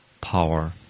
power